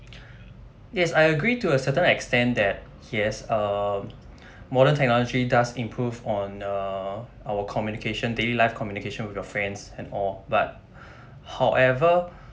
yes I agree to a certain extent that yes uh modern technology does improve on err our communication daily life communication with your friends and all but however